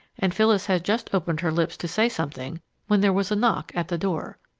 and phyllis had just opened her lips to say something when there was a knock at the door.